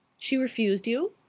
she refused you?